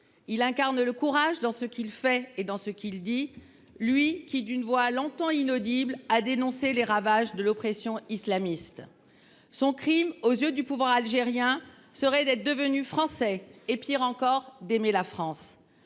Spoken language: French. Il incarne le courage à travers ce qu’il fait et ce qu’il dit, lui qui, d’une voix longtemps inaudible, a dénoncé les ravages de l’oppression islamiste. Son crime, aux yeux du pouvoir algérien, serait d’être devenu Français et, pire encore, d’aimer la France.